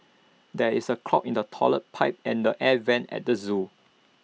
there is A clog in the Toilet Pipe and the air Vents at the Zoo